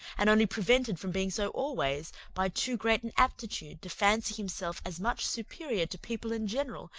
and only prevented from being so always, by too great an aptitude to fancy himself as much superior to people in general,